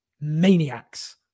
maniacs